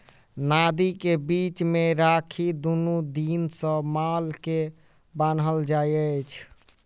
नादि के बीच मे राखि दुनू दिस सॅ माल के बान्हल जाइत छै